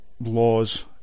laws